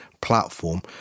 platform